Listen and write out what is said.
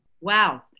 Wow